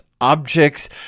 objects